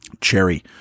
Cherry